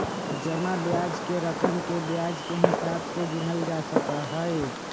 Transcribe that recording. जमा ब्याज के रकम के ब्याज के हिसाब से गिनल जा सका हई